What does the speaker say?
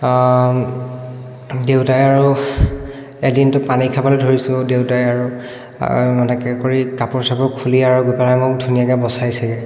দেউতাই আৰু এদিনতো পানী খাবলৈ ধৰিছোঁ দেউতাই আৰু এনেকৈ কৰি কাপোৰ চাপোৰ খুলি পেলাই মোক ধুনীয়াকৈ বচাইছেগৈ